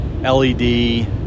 LED